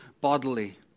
bodily